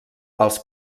els